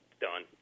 Done